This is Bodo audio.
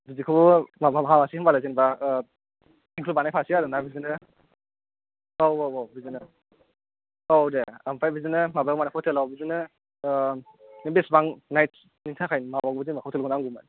बिदिखौ माबा हाजासिम बेले जेनेबा आह इनक्लुड बानायफानोसै आरो ना बिदिनो आव आव आव बिदिनो आव दे आमफ्राय बिदिनो हटेल आव बिदिनो आह बिसिबां नाइटस निथाखाय जेनेबा हतेलखौ नांगौमोन